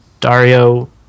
dario